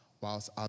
whilst